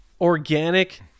organic